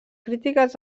crítiques